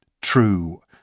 true